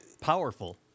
powerful